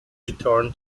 return